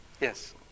Yes